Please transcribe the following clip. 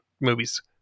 movies